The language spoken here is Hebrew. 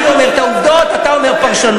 אני אומר את העובדות, אתה אומר פרשנות.